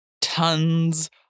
tons